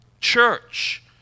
church